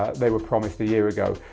they were promised a year ago.